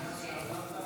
36),